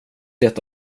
det